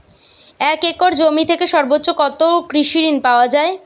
এক একর জমি থেকে সর্বোচ্চ কত কৃষিঋণ পাওয়া য়ায়?